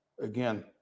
again